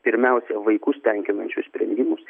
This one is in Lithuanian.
pirmiausia vaikus tenkinančius sprendimus